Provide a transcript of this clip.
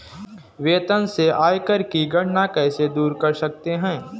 वेतन से आयकर की गणना कैसे दूर कर सकते है?